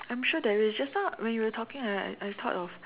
I'm sure there is just now when you were talking I I I I thought of